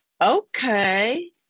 okay